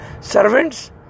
servants